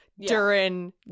Durin